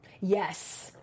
yes